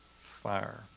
fire